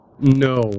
No